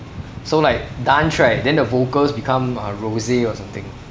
so like dance right and then the vocals become uh rose or something